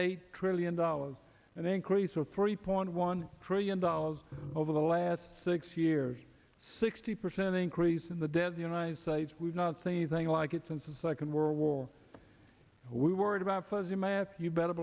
eight trillion dollars an increase of three point one trillion dollars over the last six years sixty percent increase in the dead the united states we've not seen anything like it since the second world war we worried about fuzzy math you better